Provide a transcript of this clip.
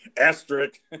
Asterisk